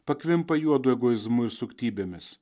pakvimpa juodu egoizmu ir suktybėmis